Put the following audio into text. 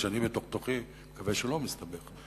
כשאני בתוך תוכי מקווה שהוא לא מסתבך,